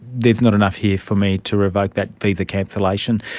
there's not enough here for me to revoke that visa cancellation.